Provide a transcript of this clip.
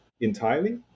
entirely